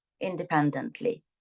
independently